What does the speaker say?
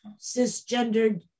cisgendered